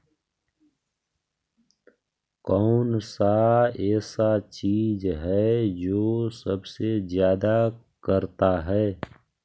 कौन सा ऐसा चीज है जो सबसे ज्यादा करता है?